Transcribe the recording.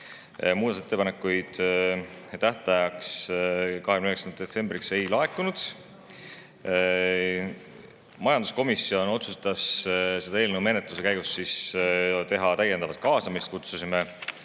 Muudatusettepanekuid tähtajaks, 29. detsembriks ei laekunud. Majanduskomisjon otsustas eelnõu menetluse käigus teha täiendavaid kaasamisi, kutsusime